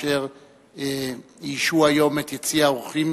אשר איישו היום את יציע האורחים